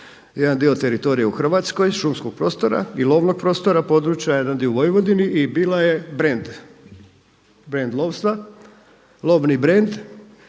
jedan dio teritorija u Hrvatskoj, šumskog prostora i lovnog prostora, područja, jedan dio u Vojvodini i bila je brend brend lovstva, lovni brend